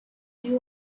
you